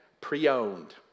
pre-owned